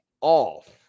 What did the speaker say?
off